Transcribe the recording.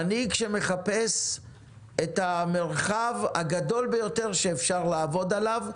מנהיג שמחפש את המרחב הגדול ביותר שאפשר לעבוד עליו,